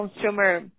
consumer